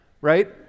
right